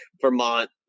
vermont